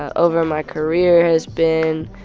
over my career has been,